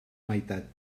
meitat